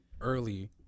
early